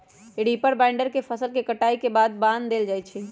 reaper binder से फसल के कटाई के बाद बान देल जाई छई